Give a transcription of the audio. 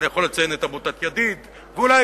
אני יכול לציין את עמותת "ידיד" ואולי